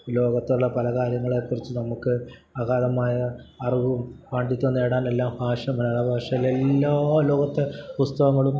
ലോകത്തുള്ള പല കാര്യങ്ങളെക്കുറിച്ച് നമുക്ക് അഗാധമായ അറിവും പാണ്ഡിത്യവും നേടാനുമെല്ലാം ഭാഷ മലയാള ഭാഷയിൽ എല്ലാ ലോകത്തെ പുസ്തകങ്ങളും